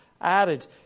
added